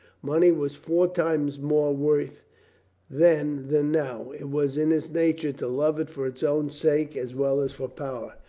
money was four times more worth then than now. it was in his nature to love it for its own sake as well as for power.